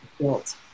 built